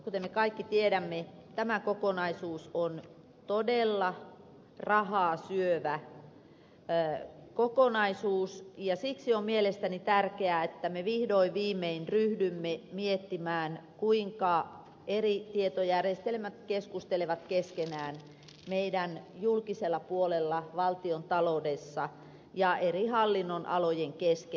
kuten me kaikki tiedämme tämä kokonaisuus on todella rahaa syövä kokonaisuus ja siksi on mielestäni tärkeää että me vihdoin viimein ryhdymme miettimään kuinka eri tietojärjestelmät keskustelevat keskenään meidän julkisella puolellamme valtionta loudessa ja eri hallinnonalojen kesken